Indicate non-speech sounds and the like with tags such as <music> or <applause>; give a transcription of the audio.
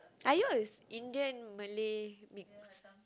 are you a <noise> Indian Malay mix